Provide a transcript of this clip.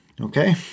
Okay